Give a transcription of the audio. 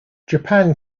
japan